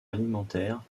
alimentaire